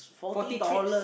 forty trips